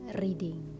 reading